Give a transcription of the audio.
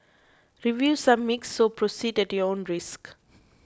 reviews are mixed so proceed at your own risk